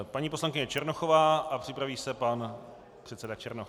Paní poslankyně Černochová a připraví se pan předseda Černoch.